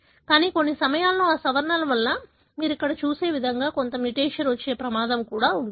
కానీ కొన్ని సమయాల్లో ఆ సవరణ వలన మీరు ఇక్కడ చూసే విధంగా కొంత మ్యుటేషన్ వచ్చే ప్రమాదం కూడా ఉంటుంది